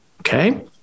Okay